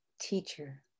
teacher